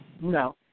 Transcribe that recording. No